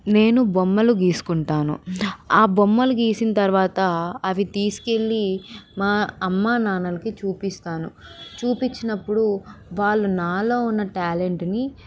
నేను బొమ్మలు గీసుకుంటాను ఆ బొమ్మలు గీసిన తర్వాత అవి తీసుకు వెళ్ళి మా అమ్మ నాన్నలకి చూపిస్తాను చూపించినప్పుడు వాళ్ళు నాలో ఉన్న ట్యాలెంట్ని